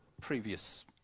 Previous